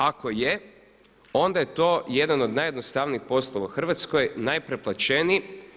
Ako je, onda je to jedan od najjednostavnijih poslova u Hrvatskoj, najpreplaćeniji.